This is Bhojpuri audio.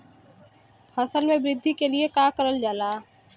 फसल मे वृद्धि के लिए का करल जाला?